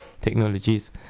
technologies